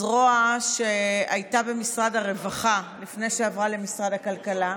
זרוע שהייתה במשרד הרווחה לפני שעברה למשרד הכלכלה,